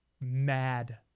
mad